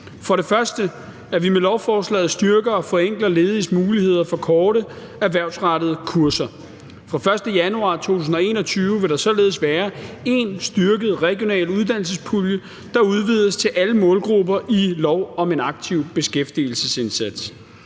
For det første styrker og forenkler vi med lovforslaget lediges muligheder for korte erhvervsrettede kurser. Fra den 1. januar 2021 vil der således være én styrket regional uddannelsespulje, der udvides til alle målgrupper i lov om en aktiv beskæftigelsesindsats.